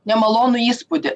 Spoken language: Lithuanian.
nemalonų įspūdį